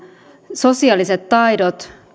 sosiaaliset taidot